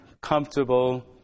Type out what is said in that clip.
comfortable